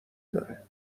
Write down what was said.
داره